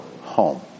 home